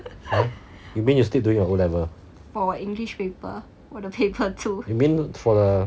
!huh! you mean you sleep during your O level you mean for the